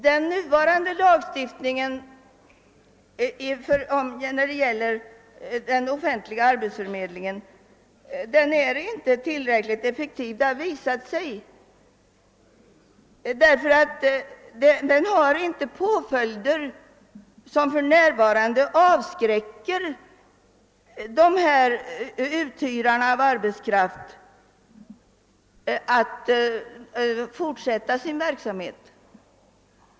Den nuvarande lagen med vissa bestämmelser om arbetsförmedling är inte tillräckligt effektiv, ty den har inte påföljder som för närvarande avskräcker uthyrarna av arbetskraft från att fortsälta sin verksamhet.